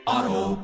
Auto